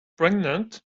pregnant